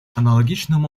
аналогичным